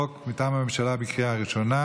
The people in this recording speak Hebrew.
אנחנו עוברים להצעות חוק מטעם הממשלה לקריאה ראשונה.